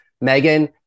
megan